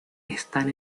están